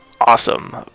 awesome